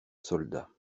soldat